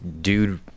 dude